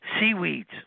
seaweeds